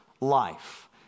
life